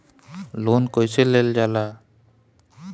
Loan कईसे लेल जाला?